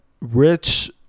rich